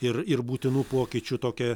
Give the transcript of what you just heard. ir ir būtinų pokyčių tokią